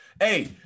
hey